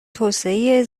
توسعه